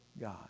God